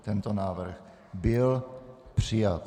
Tento návrh byl přijat.